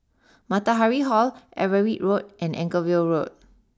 Matahari Hall Everitt Road and Anchorvale Road